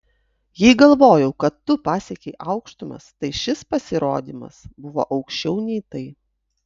jei galvojau kad tu pasiekei aukštumas tai šis pasirodymas buvo aukščiau nei tai